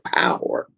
power